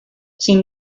sin